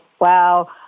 wow